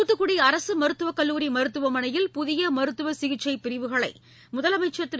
தாத்துக்குடி அரசு மருத்துவக் கல்லூரி மருத்துவமனையில் புதிய மருத்துவ சிகிச்சைப் பிரிவுகளை முதலமைச்சர் திரு